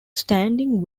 standing